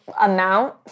amount